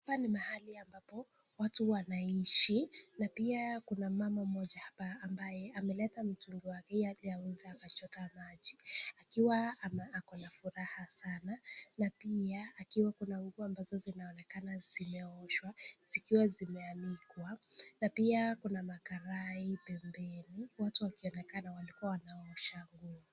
Hapa ni mahali ambapo watu wanaishi na pia kuna mama mmoja hapa ambaye ameleta mtungi wake ili aweze akachota maji akiwa ako na furaha sana. Na pia kuna nguo ambazo zinaonekana zimeoshwa zikiwa zimeanikwa. Na pia kuna makarai pembeni watu wakionekana walikuwa wanaosha nguo.